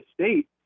state